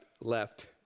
left